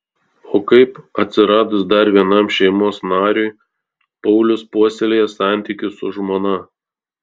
o kaip atsiradus dar vienam šeimos nariui paulius puoselėja santykius su žmona